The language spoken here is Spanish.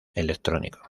electrónico